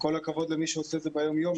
כל הכבוד למי שעושה את זה ביום יום.